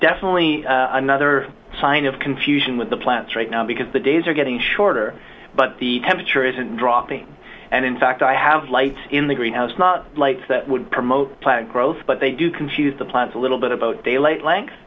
definitely another sign of confusion with the plants right now because the days are getting shorter but the temperature is dropping and in fact i have lights in the greenhouse not lights that would promote plant growth but they do confuse the plants a little bit about daylight l